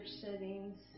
settings